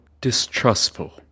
distrustful